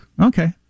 Okay